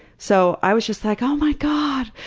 so i was just like, oh my god.